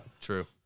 true